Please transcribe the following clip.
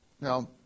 Now